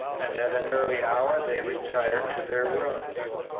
and at an early hour they retired to their rooms.